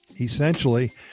Essentially